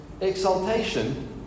exaltation